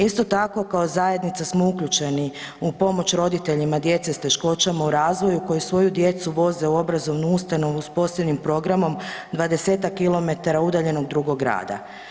Isto tako kao zajednica smo uključeni u pomoć roditeljima djece s teškoćama u razvoju koji svoju djecu voze u obrazovnu ustanovu s posebnim programom 20-tak kilometara udaljenog drugog grada.